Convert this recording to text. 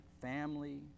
family